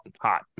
hot